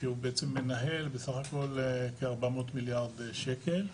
שמנהל בסך הכל כ-400 מיליארד שקל,